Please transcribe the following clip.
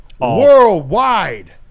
worldwide